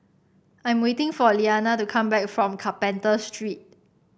I'm waiting for Lilianna to come back from Carpenter Street